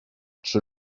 czy